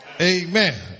Amen